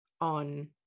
on